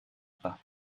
pas